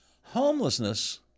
Homelessness